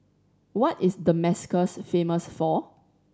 what is Damascus famous for